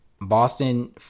Boston